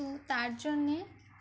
তো তার জন্যে